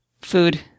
Food